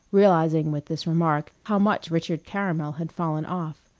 realizing with this remark how much richard caramel had fallen off.